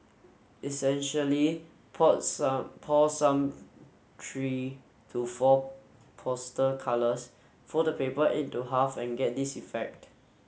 essentially poured some pour some three to four poster colours fold the paper into half and get this effect